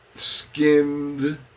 Skinned